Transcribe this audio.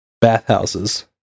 bathhouses